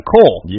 Cole